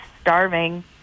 starving